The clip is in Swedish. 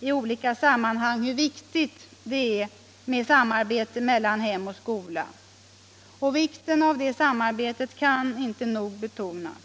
även i andra sammanhang Fredagen den hur viktigt det är med samarbete mellan hem och skola, och vikten 21 maj 1976 av det samarbetet kan inte nog betonas.